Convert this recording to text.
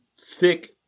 thick